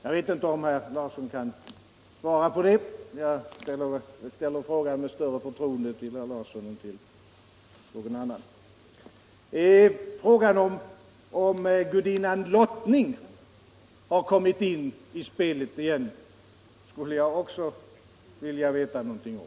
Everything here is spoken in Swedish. Jag vet inte om herr Larsson kan svara på detta - jag ställer emellertid frågan med större förtroende till herr Larsson än till någon annan. utbildning och forskning Frågan huruvida lottens gudinna fru Fortuna har kommit in i spelet igen skulle jag också vilja veta någonting om.